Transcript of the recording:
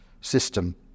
system